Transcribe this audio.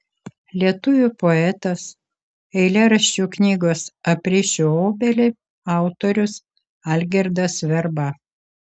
lietuvių poetas eilėraščių knygos aprišiu obelį autorius algirdas verba